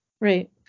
Right